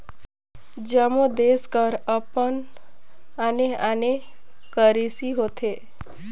जम्मो देस कर अपन आने आने करेंसी होथे